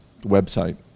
website